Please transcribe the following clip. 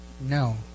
No